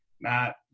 Matt